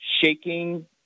shaking